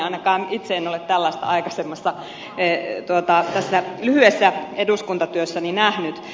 ainakaan itse en ole tällaista aikaisemmin tässä lyhyessä eduskuntatyössäni nähnyt